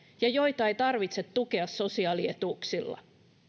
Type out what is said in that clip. ja joita ei tarvitse tukea sosiaalietuuksilla